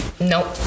nope